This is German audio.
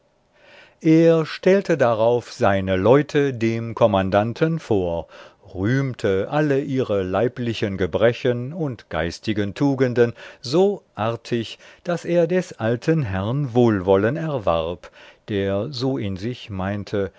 er stellte darauf seine leute dem kommandanten vor rühmte alle ihre leiblichen gebrechen und geistigen tugenden so artig daß er des alten herrn wohlwollen erwarb der so in sich meinte